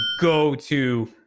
go-to